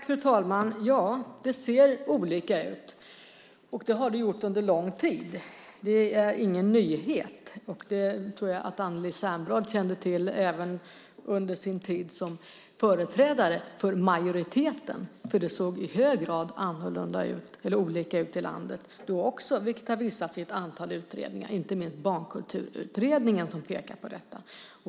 Fru talman! Ja, det ser olika ut, och det har det gjort under lång tid. Det är ingen nyhet, och det tror jag att Anneli Särnblad kände till även under sin tid som företrädare för majoriteten. Det såg i hög grad olika ut i landet då också, vilket har visats i ett antal utredningar. Inte minst Barnkulturutredningen pekade på detta.